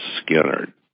Skinner